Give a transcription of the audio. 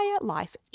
life